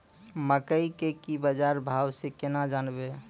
मकई के की बाजार भाव से केना जानवे?